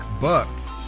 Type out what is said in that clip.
Bucks